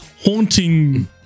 haunting